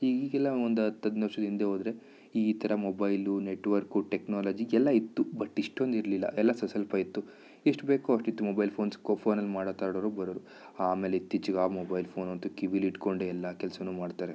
ಈಗೀಗೆಲ್ಲ ಒಂದು ಹತ್ತು ಹದ್ನೈದು ವರ್ಷದ ಹಿಂದೆ ಹೋದ್ರೆ ಈ ಥರ ಮೊಬೈಲು ನೆಟ್ವರ್ಕು ಟೆಕ್ನಾಲಜಿ ಎಲ್ಲ ಇತ್ತು ಬಟ್ ಇಷ್ಟೊಂದು ಇರ್ಲಿಲ್ಲ ಎಲ್ಲ ಸಸ್ವಲ್ಪ ಇತ್ತು ಎಷ್ಟು ಬೇಕು ಅಷ್ಟಿತ್ತು ಮೊಬೈಲ್ ಫೋನ್ಸ್ ಕೊ ಫೋನಲ್ಲಿ ಮಾತಾಡೋರು ಬರೋರು ಆಮೇಲೆ ಇತ್ತೀಚೆಗೆ ಆ ಮೊಬೈಲ್ ಫೋನಂತೂ ಕಿವಿಲ್ಲಿ ಇಟ್ಕೊಂಡೆ ಎಲ್ಲ ಕೆಲ್ಸವೂ ಮಾಡ್ತಾರೆ